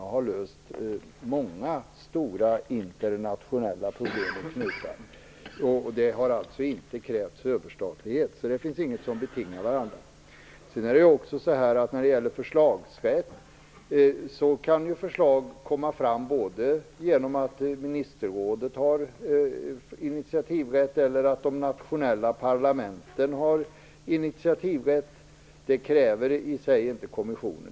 FN har löst många stora internationella problem, och det har inte krävt överstatlighet. Det ena är inte en förutsättning för det andra. När det gäller förslagsrätt kan förslag komma fram både genom att ministerrådet har initiativrätt eller att de nationella parlamenten har initiativrätt. Det kräver i sig inte en kommission.